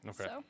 Okay